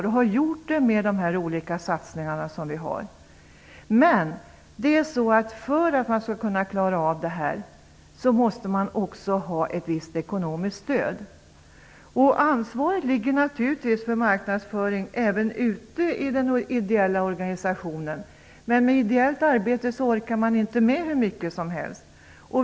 Det har vi också gjort när det gäller våra olika satsningar. Men för att man skall kunna klara av det här behövs det ett visst ekonomiskt stöd. Ansvaret för marknadsföringen ligger naturligtvis även ute i den ideella organisationen. Men med ideellt arbete orkar man inte med hur mycket som helst.